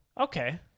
Okay